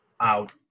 out